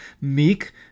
meek